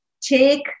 take